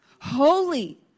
Holy